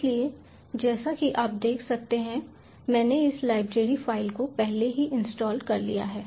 इसलिए जैसा कि आप देख सकते हैं मैंने इस लाइब्रेरी फ़ाइल को पहले ही इंस्टॉल कर लिया है